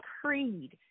Creed